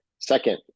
Second